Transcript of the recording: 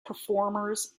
performers